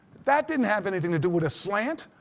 that didn't have anything to do with a slant.